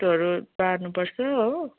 त्यस्तोहरू बार्नुपर्छ हो